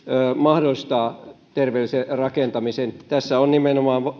mahdollistaa terveellisen rakentamisen tässä on nimenomaan